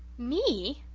me!